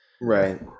right